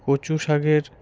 কচু শাকের